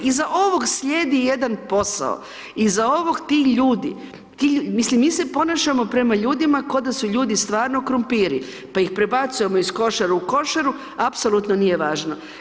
Iza ovog slijedi jedan posao, iza ovog ti ljudi, mislim, mi se ponašamo prema ljudima kao da su ljudi stvarno krumpiri pa ih prebacujemo iz košare u košaru, apsolutno nije važno.